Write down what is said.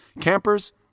Campers